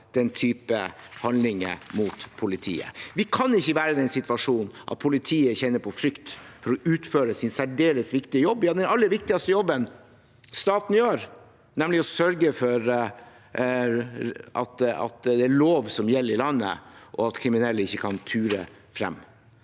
den type handlinger mot politiet. Vi kan ikke være i den situasjonen at politiet kjenner på frykt for å utføre sin særdeles viktige jobb, ja, den aller viktigste jobben staten gjør, nemlig å sørge for at det er lov som gjelder i landet, og at kriminelle ikke kan ture frem.